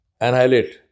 annihilate